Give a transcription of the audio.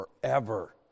forever